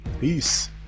Peace